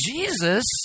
Jesus